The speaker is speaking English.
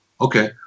okay